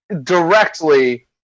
directly